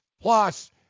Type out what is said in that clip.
Plus